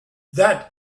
that